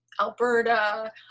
Alberta